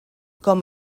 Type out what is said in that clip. com